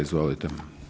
Izvolite.